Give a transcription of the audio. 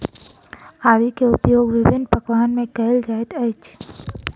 आदी के उपयोग विभिन्न पकवान में कएल जाइत अछि